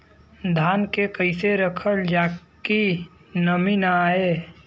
धान के कइसे रखल जाकि नमी न आए?